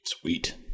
Sweet